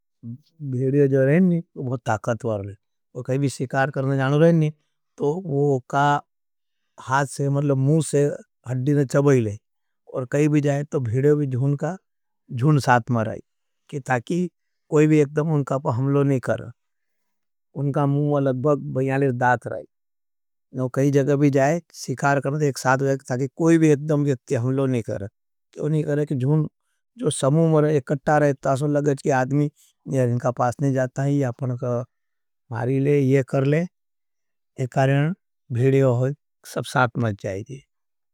भेड़े जो रहने हैं, वो बहुत ताकत्वार हैं। वो कई भी सिकार करने जानो रहने हैं। तो वो का हाथ से, मुझे से हड़ीने चबई लें। और कई भी जायें, तो भेड़े भी जुन का जुन साथ मराई। कि ताकि कोई भी एकड़म उनका पा हमलो नहीं कर। उनका मुझा लगबाग, बह्याले दात रहा है। वो कई जगबी जायें, सिकार करने थे, एक साथ वो एक, ताकि कोई भी एकड़म वित्ति, हमलो नहीं कर। क्यों नहीं करें कि जुन, जो समुमर, एक कटा रहता है, सो लगबाग, कि आदमी, या इनका पास नहीं जाता है, या अपने का मारी ले, ये कर ले, एक कारियान, भेड़े हो, सब साथ मर जायें थे।